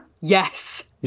Yes